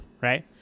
Right